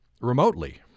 remotely